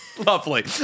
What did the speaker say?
Lovely